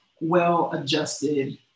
well-adjusted